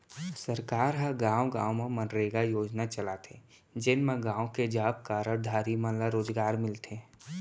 सरकार ह गाँव गाँव म मनरेगा योजना चलाथे जेन म गाँव के जॉब कारड धारी मन ल रोजगार मिलथे